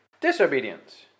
disobedience